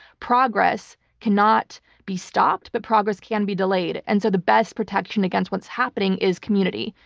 progress cannot be stopped, but progress can be delayed, and so the best protection against what's happening is community.